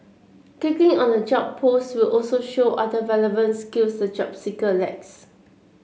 kicking on the job post will also show other relevant skills the job seeker lacks